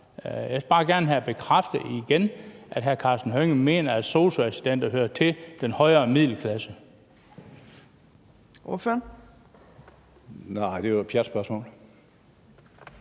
Jeg vil bare gerne have beskræftet igen, at hr. Karsten Hønge mener, at sosu-assistenter hører til den højere middelklasse. Kl. 13:45 Fjerde næstformand